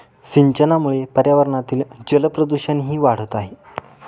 सिंचनामुळे पर्यावरणातील जलप्रदूषणही वाढत आहे